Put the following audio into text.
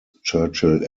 churchill